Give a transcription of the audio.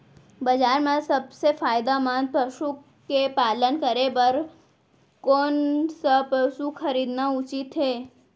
बजार म सबसे फायदामंद पसु के पालन करे बर कोन स पसु खरीदना उचित हे?